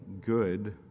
good